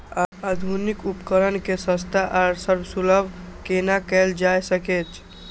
आधुनिक उपकण के सस्ता आर सर्वसुलभ केना कैयल जाए सकेछ?